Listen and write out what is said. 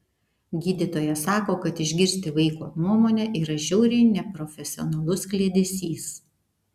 gydytojas sako kad išgirsti vaiko nuomonę yra žiauriai neprofesionalus kliedesys